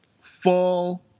fall